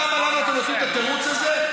למה אתם עושים את התירוץ הזה,